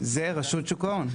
זה רשות שוק ההון.